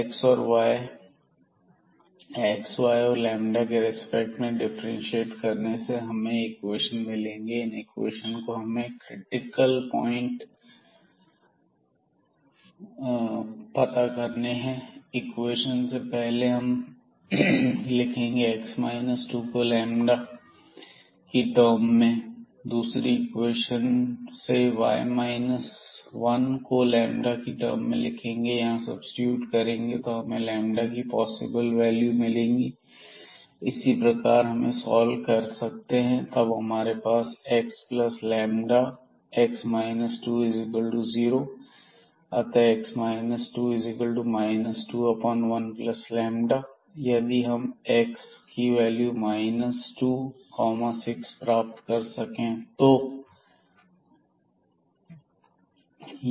x y और के respect में डिफ्रेंशिएट करने से हमें यह इक्वेशन मिलेंगे इन इक्वेशन से हमें क्रिटिकपॉइंट करने हैं इक्वेशन से पहले हम लिखेंगे x 2 को की टर्म ् में दूसरी इक्वेशन से y 1 को की टर्म में लिखेंगे और यहां सब्सीट्यूट करेंगे तो हमें की पॉसिबल वैल्यू ज मिलेंगे इस तरह से हम इसे सॉल्व कर सकते हैं और हमारे पास होगा xλx 20 अतः 21λयदि हम x 26 प्राप्त कर सके तो